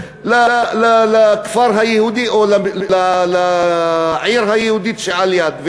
לכפר היהודי או לעיר היהודית שעל-יד,